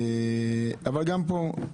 אבל גם פה,